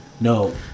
No